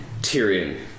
Tyrion